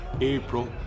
April